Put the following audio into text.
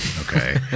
okay